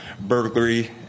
burglary